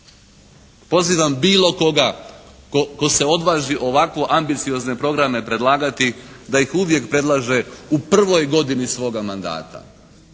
Pozivam bilo koga tko se odvaži ovako ambiciozne programe predlagati da ih uvijek predlaže u prvoj godini svoga mandata.